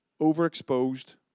Overexposed